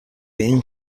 این